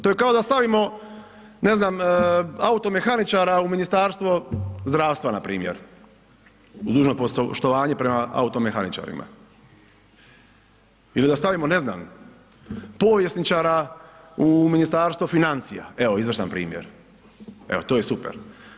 To je kao da stavimo ne znam automehaničara u Ministarstvo zdravstva npr. uz dužno poštovanje prema automehaničarima ili da stavimo ne znam povjesničara u Ministarstvo financija, evo izvrstan primjer, evo to je super.